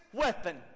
weapon